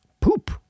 poop